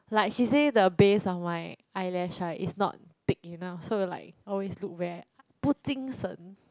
like she say the base of my eyelash right is not thick enough so I like always look very bu jing shen